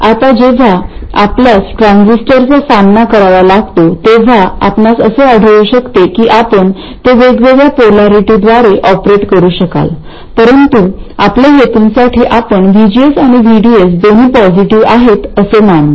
आता जेव्हा आपल्यास ट्रान्झिस्टरचा सामना करावा लागतो तेव्हा आपणास असे आढळू शकते की आपण ते वेगवेगळ्या पोलारिटीद्वारे ऑपरेट करू शकाल परंतु आपल्या हेतूंसाठी आपण VGS आणि VDS दोन्ही पॉझिटिव्ह आहेत असे मानू